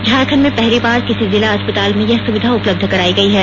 झारखंड में पहली बार किसी जिला अस्पताल में यह सुविधा उपलब्ध करायी गई है